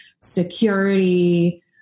security